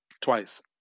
twice